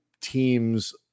teams